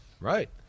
Right